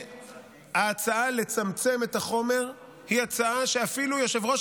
שההצעה לצמצם את החומר היא הצעה שאפילו יושב-ראש